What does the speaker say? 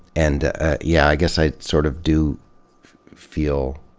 and yeah, i guess i sort of do feel,